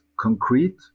concrete